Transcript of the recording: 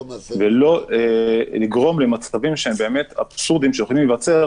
ולא לגרום מצבים אבסורדיים שיכולים להיווצר